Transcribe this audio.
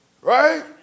Right